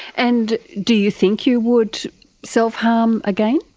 and do you think you would self-harm again?